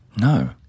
No